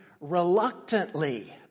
reluctantly